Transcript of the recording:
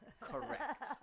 Correct